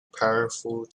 powerful